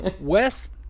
Wes